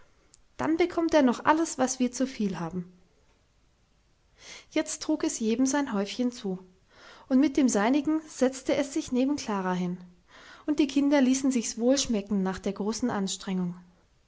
dann bekommt er noch alles was wir zuviel haben jetzt trug es jedem sein häufchen zu und mit dem seinigen setzte es sich neben klara hin und die kinder ließen sich's wohl schmecken nach der großen anstrengung